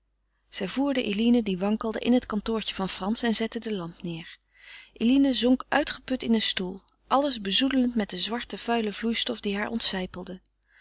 zij voerde eline die wankelde in het kantoortje van frans en zette de lamp neêr eline zonk uitgeput in een stoel alles bezoedelend met de zwarte vuile vloeistof die haar